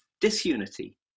disunity